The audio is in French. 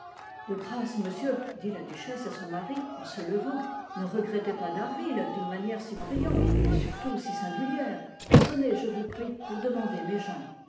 de grâce monsieur dit la duchesse à son mari en se levant ne regrettez pas m d'harville d'une manière si bruyante et surtout si singulière sonnez je vous prie pour demander mes gens